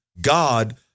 God